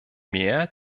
mehr